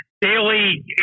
daily